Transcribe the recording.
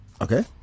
okay